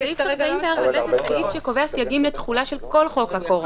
סעיף 44(ב) הוא סעיף שקובע סייגים לתחולה של כל חוק הקורונה.